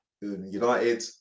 United